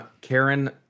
karen